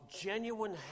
genuine